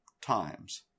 times